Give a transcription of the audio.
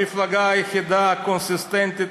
המפלגה היחידה הקונסיסטנטית,